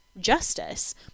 justice